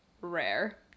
Rare